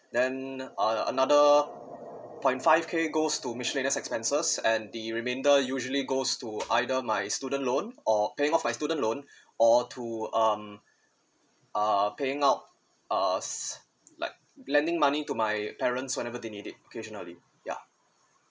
then uh another point five K goes to miscellaneous expenses and the remainder usually goes to either my student loan or paying off my student loan or to um are paying up uh like lending money to my parents whenever they need it in occasionally yup